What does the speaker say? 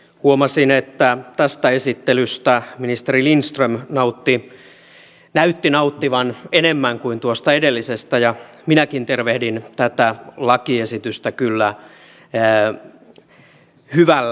huomasin että tästä esittelystä ministeri lindström näytti nauttivan enemmän kuin tuosta edellisestä ja minäkin tervehdin tätä lakiesitystä kyllä hyvällä